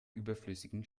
überflüssigen